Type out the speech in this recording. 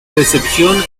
recepción